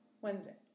Wednesday